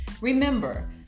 Remember